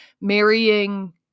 marrying